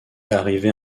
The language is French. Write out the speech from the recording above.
arrivait